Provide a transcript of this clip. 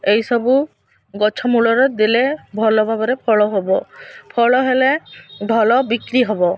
ଏଇସବୁ ଗଛ ମୂଳରେ ଦେଲେ ଭଲ ଭାବରେ ଫଳ ହବ ଫଳ ହେଲେ ଭଲ ବିକ୍ରି ହବ